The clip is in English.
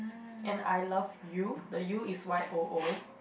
and I love you the you is Y_O_O